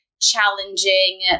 challenging